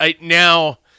Now